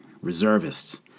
reservists